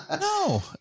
No